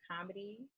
comedy